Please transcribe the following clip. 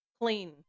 clean